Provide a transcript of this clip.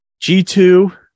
g2